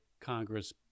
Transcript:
Congress